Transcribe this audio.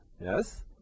yes